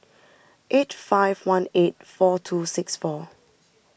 eight five one eight four two six four